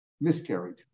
miscarried